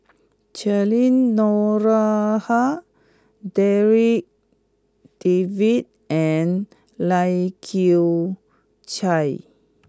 Cheryl Noronha Darryl David and Lai Kew Chai